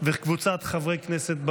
חברי הכנסת,